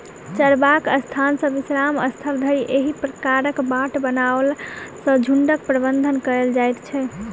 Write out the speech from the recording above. चरबाक स्थान सॅ विश्राम स्थल धरि एहि प्रकारक बाट बनओला सॅ झुंडक प्रबंधन कयल जाइत छै